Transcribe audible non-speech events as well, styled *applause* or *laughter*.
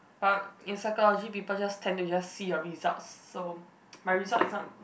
but in psychology people just tend to just see your results so *noise* my result is not